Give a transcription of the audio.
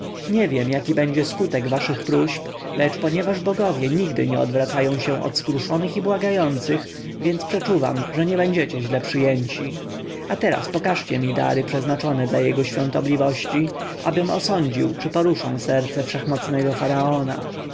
nie wiem jaki będzie skutek waszych próśb lecz ponieważ bogowie nigdy nie odwracają się od skruszonych i błagających więc przeczuwam że nie będziecie źle przyjęci a teraz pokażcie mi dary przeznaczone dla jego świątobliwości abym osądził czy poruszą serce wszechmocnego faraona